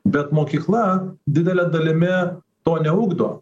bet mokykla didele dalimi to neugdo